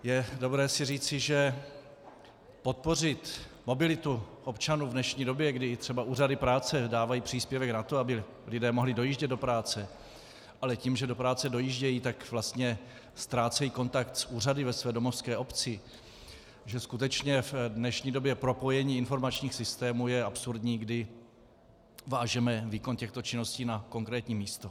Je dobré si říci, že podpořit mobilitu občanů v dnešní době, kdy i třeba úřady práce dávají příspěvek na to, aby lidé mohli dojíždět do práce, ale tím, že do práce dojíždějí, tak vlastně ztrácejí kontakt s úřady ve své domovské obci, že skutečně v dnešní době propojení informačních systémů je absurdní, kdy vážeme výkon těchto činností na konkrétní místo.